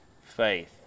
faith